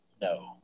No